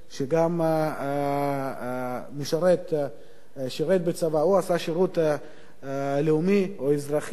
שגם שירת בצבא או עשה שירות לאומי או אזרחי,